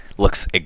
looks